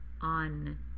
on